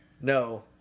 No